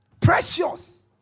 Precious